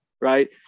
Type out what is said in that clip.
right